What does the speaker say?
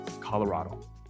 Colorado